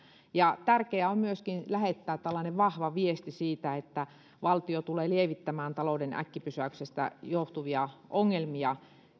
ja tärkeää on myöskin lähettää tällainen vahva viesti siitä että valtio tulee lievittämään talouden äkkipysäyksestä johtuvia ongelmia